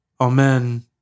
Amen